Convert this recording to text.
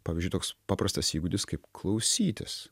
pavyzdžiui toks paprastas įgūdis kaip klausytis